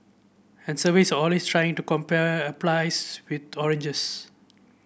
and surveys always trying to compare with oranges